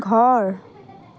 ঘৰ